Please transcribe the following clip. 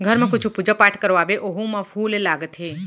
घर म कुछु पूजा पाठ करवाबे ओहू म फूल लागथे